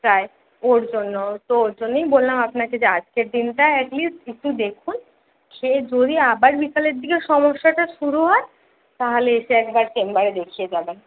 প্রায় ওর জন্য তো ওর জন্যই বললাম আপনাকে যে আজকের দিনটা অ্যাটলিস্ট একটু দেখুন খেয়ে যদি আবার বিকালের দিকে সমস্যাটা শুরু হয় তাহলে এসে একবার চেম্বারে দেখিয়ে যাবেন